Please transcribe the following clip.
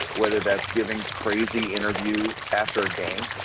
whether that's giving crazy interviews after a game,